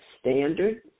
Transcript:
standard